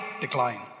decline